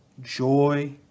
Joy